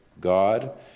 God